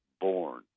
born